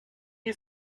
you